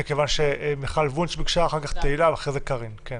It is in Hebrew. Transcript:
חברת הכנסת מיכל וונש, בבקשה.